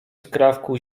skrawku